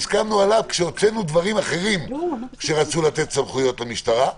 כשהוצאנו דברים אחרים שרצו לתת בהם סמכויות למשטרה.